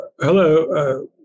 Hello